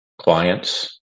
clients